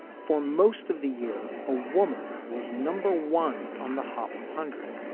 for most of the year, a woman was number one on the hot one hundred,